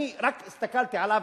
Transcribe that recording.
אני רק הסתכלתי עליו,